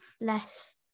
less